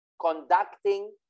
conducting